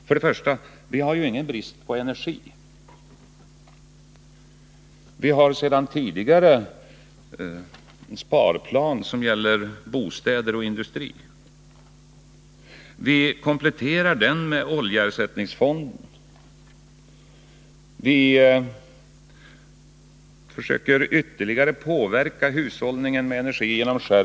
Först och främst har vi ingen brist på energi. Vi har sedan tidigare kraftfulla sparinsatser vad beträffar bostäder och näringsliv, och vi kompletterar nu dessa med oljeersättningsfonden. Vi försöker genom skärpt beskattning ytterligare påverka hushållningen med energi.